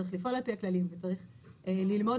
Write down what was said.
צריך לפעול על פי הכללים וצריך ללמוד